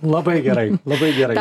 labai gerai labai gerai